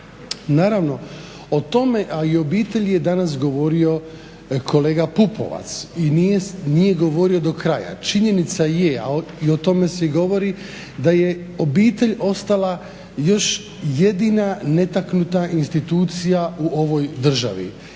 Naravno o tome a i o obitelji je danas govorio kolega PUpovac i nije govorio do kraja. Činjenica je i o tome se govori da je obitelj još jedina netaknuta institucija u ovoj državi